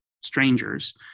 strangers